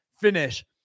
finish